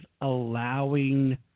allowing